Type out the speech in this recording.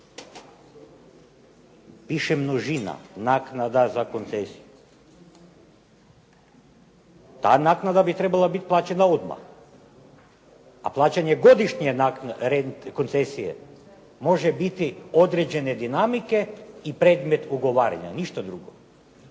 Piše množina, naknada za koncesiju, ta naknada bi trebala biti plaćena odmah, a plaćanja godišnje koncesije može biti određene dinamike i predmet ugovaranja, ništa drugo.